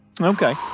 Okay